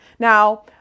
Now